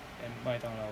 at 麦当劳